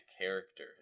character